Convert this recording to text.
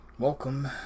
Welcome